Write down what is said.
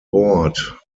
board